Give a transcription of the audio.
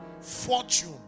fortune